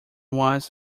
was